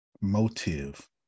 Motive